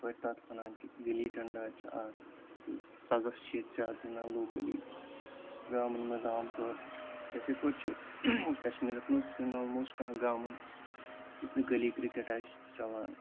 یتھٕ پٲٹھۍ تَتھ وَنان چھِ گٔلی ڈَنٛڈا چھِ اَکھ بیٚیہِ سَزَس چھِ ییٚتہِ زیادٕ گِنٛدان لوٗکلی گامَن منٛز عام طور یِتھٕے پٲٹھۍ چھِ کَشمیٖرَس منٛز سُہ چھَنہٕ آل موسٹ کانٛہہ گامٕے ییٚتہِ نہٕ گٔلی کِرکٹ آسہِ چَلان